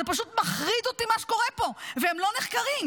זה פשוט מחריד אותי מה שקורה פה, והם לא נחקרים.